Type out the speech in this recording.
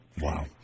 Wow